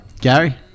Gary